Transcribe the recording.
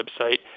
website